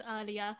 earlier